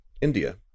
India